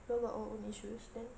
you got your own issues then